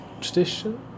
tradition